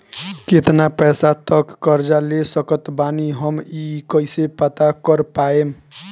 केतना पैसा तक कर्जा ले सकत बानी हम ई कइसे पता कर पाएम?